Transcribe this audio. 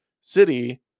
city